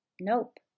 Nope